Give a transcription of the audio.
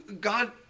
God